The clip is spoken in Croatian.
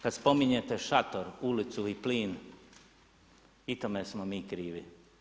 Kad spominjete šator, ulicu i plin, i tome smo mi krivi.